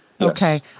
Okay